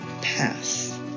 pass